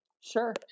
Sure